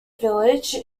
village